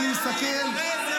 אני מסתכל,